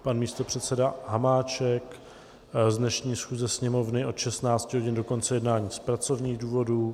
Pan místopředseda Hamáček z dnešní schůze Sněmovny od 16 hodin do konce jednání z pracovních důvodů.